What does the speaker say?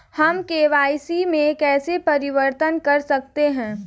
हम के.वाई.सी में कैसे परिवर्तन कर सकते हैं?